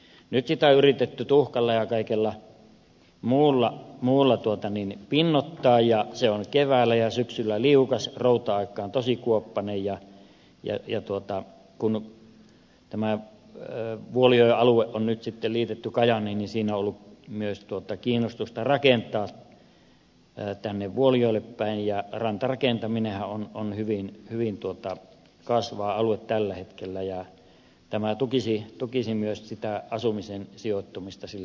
nyt sitä on yritetty tuhkalla ja kaikella muulla pinnoittaa ja se on keväällä ja syksyllä liukas routa aikaan tosi kuoppainen ja kun tämä vuolijoen alue on nyt sitten liitetty kajaaniin niin on ollut myös kiinnostusta rakentaa tänne vuolijoelle päin ja rantarakentaminenhan on hyvin kasvava alue tällä hetkellä ja tämä tukisi myös sitä asumisen sijoittumista sille alueelle